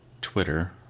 Twitter